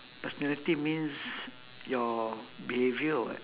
personality means your behaviour or what